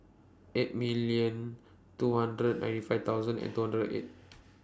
eight million two hundred ninety five thousand and two hundred eight